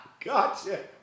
Gotcha